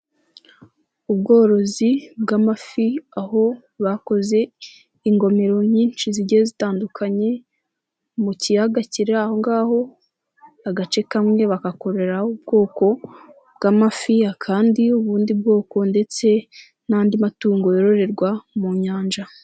Ubworozi bw'amafi aho bakoze, ingomero nyinshi zigiye zitandukanye, mu kiyaga kiri aho ngaho, agace kamwe bakakororeraho ubwoko, bw'amafi akandi ubundi bwoko ndetse, n'andi matungo yororerwa mu nyanja.